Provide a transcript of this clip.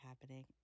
happening